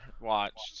watched